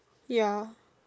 ya